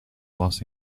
los